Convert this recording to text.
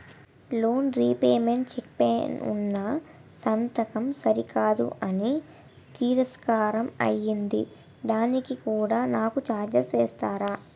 Loan repayment cheque పై ఉన్నా సంతకం సరికాదు అని తిరస్కారం అయ్యింది దానికి కూడా నాకు ఛార్జీలు వేస్తారా?